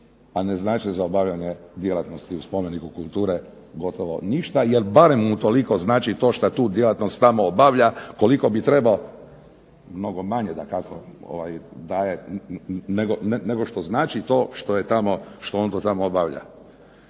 a ne znače za obavljanje djelatnosti u spomeniku kulture gotovo ništa jer barem utoliko znači to što tu djelatnost tamo obavlja koliko bi trebao, mnogo manje dakako nego što znači što on to tamo obavlja.